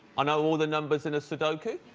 i know all the numbers in sodoku